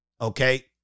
Okay